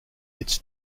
its